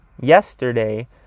yesterday